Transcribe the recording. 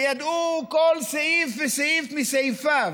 שידעו כל סעיף וסעיף מסעיפיו,